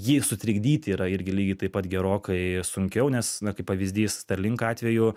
jį sutrikdyti yra irgi lygiai taip pat gerokai sunkiau nes na kaip pavyzdys starlink atveju